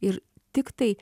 ir tiktai